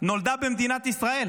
נולדה במדינת ישראל.